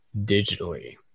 digitally